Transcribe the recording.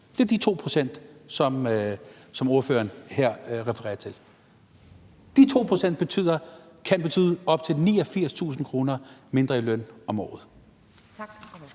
Det er de 2 pct., som ordføreren her refererer til. De 2 pct. kan betyde op til 89.000 kr. mindre i løn om året. Kl.